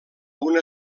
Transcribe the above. una